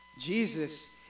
Jesus